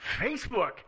Facebook